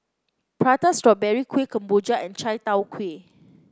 Prata Strawberry Kuih Kemboja and Chai Tow Kuay